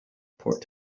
port